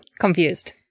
confused